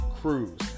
cruise